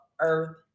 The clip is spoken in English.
earth